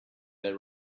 they